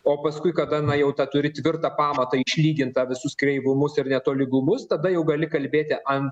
o paskui kada na jau ta turi tvirtą pamatą išlygintą visus kreivumus ir netolygumus tada jau gali kalbėti ant